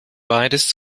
beides